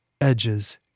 Edges